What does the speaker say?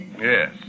Yes